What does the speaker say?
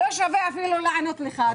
לא שווה אפילו לענות לך.